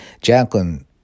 Jacqueline